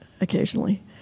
occasionally